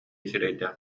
сирэйдээх